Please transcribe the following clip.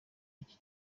iki